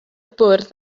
bwrdd